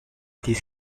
this